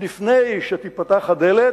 לפני שתיפתח הדלת,